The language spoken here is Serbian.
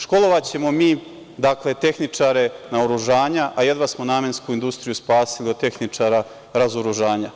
Školovaćemo mi, dakle, tehničare naoružanja, a jedva smo namensku industriju spasili od tehničara razoružanja.